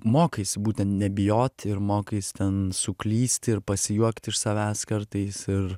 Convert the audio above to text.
mokaisi būtent nebijot ir mokais ten suklysti ir pasijuokt iš savęs kartais ir